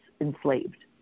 enslaved